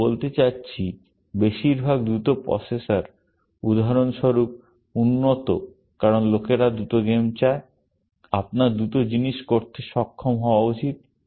আমি বলতে চাচ্ছি বেশিরভাগ দ্রুত প্রসেসর উদাহরণস্বরূপ উন্নত কারণ লোকেরা দ্রুত গেম চায় আপনার দ্রুত জিনিস করতে সক্ষম হওয়া উচিত